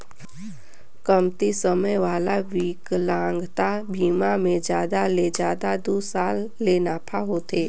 कमती समे वाला बिकलांगता बिमा मे जादा ले जादा दू साल ले नाफा होथे